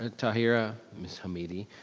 tahera, ms. hamidi,